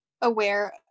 aware